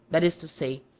that is to say,